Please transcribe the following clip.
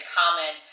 common